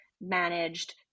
managed